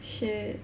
shit